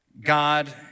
God